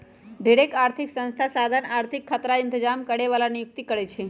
ढेरेक आर्थिक संस्था साधन आर्थिक खतरा इतजाम करे बला के नियुक्ति करै छै